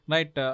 Right